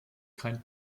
kein